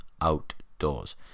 outdoors